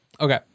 okay